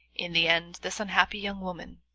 in the end this unhappy young woman,